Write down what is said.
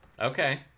Okay